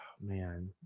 man